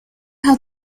how